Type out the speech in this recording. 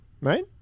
right